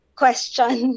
question